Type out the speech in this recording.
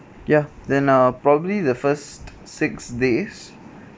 ya then uh probably the first six days